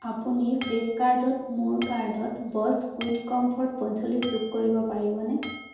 আপুনি ফ্লিপকাৰ্টত মোৰ কাৰ্টত ব'ছ কুইক কমফৰ্ট পঞ্চল্লিছ যোগ কৰিব পাৰিবনে